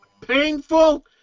painful